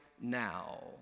now